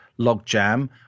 logjam